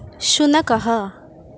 शुनकः